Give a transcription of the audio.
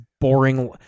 boring